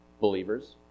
believers